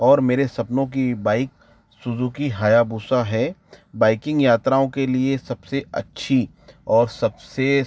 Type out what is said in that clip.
और मेरे सपनों की बाइक सुज़ूकी हायाबूसा है बाइकिंग यात्राओं के लिए सबसे अच्छी और सबसे